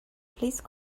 please